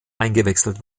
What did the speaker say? eingewechselt